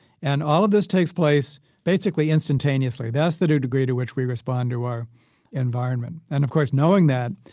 and all of this takes place basically instantaneously. that's the new degree to which we respond to our environment. and of course, knowing that,